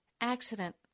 accident